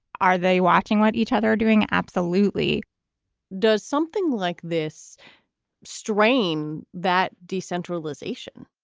are they watching what each other are doing? absolutely does something like this strain that decentralization?